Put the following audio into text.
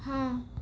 ਹਾਂ